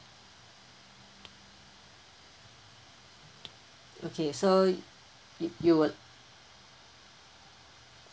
okay so you you would